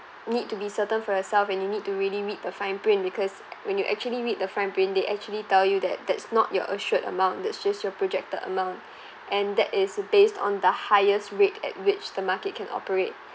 need to be certain for yourself and you need to really read the fine print because when you actually read the fine print they actually tell you that that's not your assured amount that's just your projected amount and that is based on the highest rate at which the market can operate